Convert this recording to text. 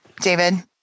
David